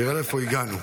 תראה לאיפה הגענו?